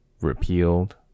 repealed